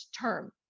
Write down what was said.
term